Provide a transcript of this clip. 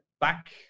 back